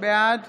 בעד